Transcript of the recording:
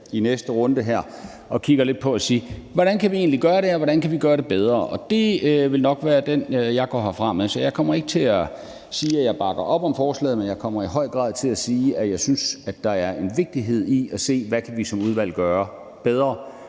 i næste runde sætter os ned og kigger lidt på, hvordan vi egentlig kan gøre det her, og hvordan vi kan gøre det bedre, og det vil nok være den holdning, som jeg går herfra med. Så jeg kommer ikke til at sige, at jeg bakker op om forslaget, men jeg kommer i høj grad til at sige, at jeg synes, at der er en vigtighed i, at vi som udvalg ser